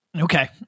Okay